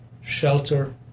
shelter